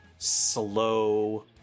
Slow